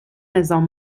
نظام